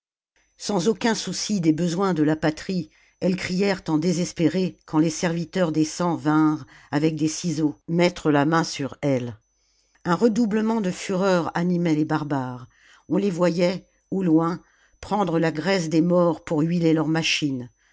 sans aucun souci des besoins de la patrie elles crièrent en désespérées quand les serviteurs des cent vinrent avec des ciseaux mettre la main sur elles un redoublement de fureur animait les barbares on les voyait au loin prendre la graisse des morts pour huiler leurs machines